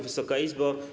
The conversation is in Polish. Wysoka Izbo!